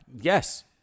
Yes